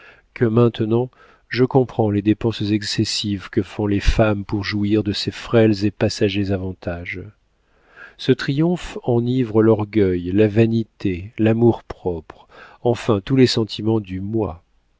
que maintenant je comprends les dépenses excessives que font les femmes pour jouir de ces frêles et passagers avantages ce triomphe enivre l'orgueil la vanité l'amour-propre enfin tous les sentiments du moi